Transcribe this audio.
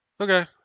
Okay